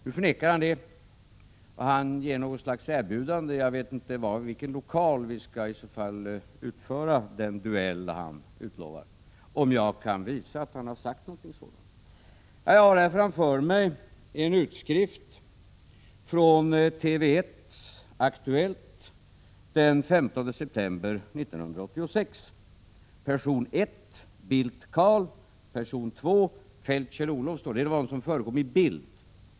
Nu förnekar han det, och han ger något slags erbjudande om uppgörelse. Jag vet inte i vilken lokal vi skall utföra den duell som han utlovar, om jag kan visa att han har sagt något sådant. Jag har framför mig en utskrift från TV 1:s program Aktuellt den 15 september 1986. I utskriften står det: ”Person 1: BILDT CARL. Person 2: FELDT KJELL-OLOF ”. Det är väl de personer som förekom i bild.